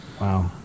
Wow